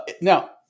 Now